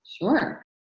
Sure